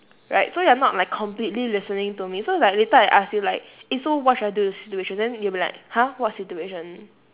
right so you're not like completely listening to me so like later I ask you like eh so what should I do in the situation then you'll be like !huh! what situation